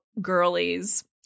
girlies